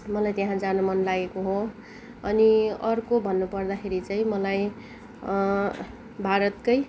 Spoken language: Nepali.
मलाई त्यहाँ जान मनलागेको हो अनि अर्को भन्नुपर्दाखेरि चाहिँ मलाई भारतकै